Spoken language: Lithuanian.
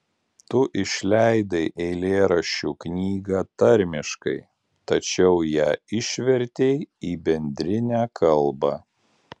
tu išleidai eilėraščių knygą tarmiškai tačiau ją išvertei į bendrinę kalbą